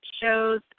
shows